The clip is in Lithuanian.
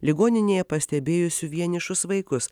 ligoninėje pastebėjusių vienišus vaikus